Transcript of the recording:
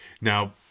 now